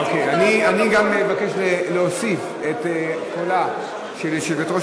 אני גם אבקש להוסיף את קולה של יושבת-ראש